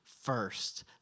first